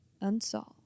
unsolved